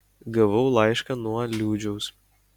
gavau laišką nuo liūdžiaus